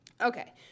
Okay